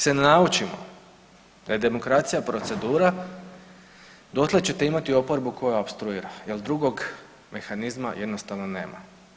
Dok se ne naučimo da je demokracija procedura, dotle ćete imati oporbu koja opstruira jer drugom mehanizma jednostavno nema.